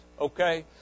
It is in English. Okay